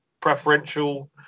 preferential